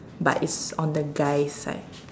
but it's on the guy's side